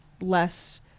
less